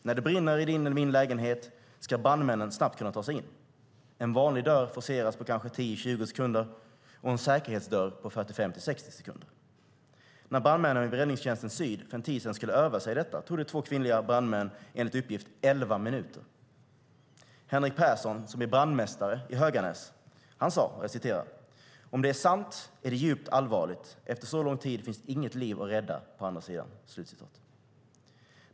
När det brinner i din eller min lägenhet ska brandmännen snabbt kunna ta sig in. En vanlig dörr forceras på kanske 10-20 sekunder och en säkerhetsdörr på 45-60 sekunder. När brandmännen vid Räddningstjänsten Syd för en tid sedan skulle öva sig i detta tog det två kvinnliga brandmän, enligt uppgift, elva minuter. Henrik Persson, som är brandmästare i Höganas, sade: "Om det är sant är det djupt allvarligt. Efter så lång tid finns det inget liv att rädda på andra sidan."